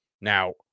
Now